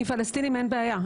עם פלסטינים אין בעיה.